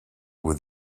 with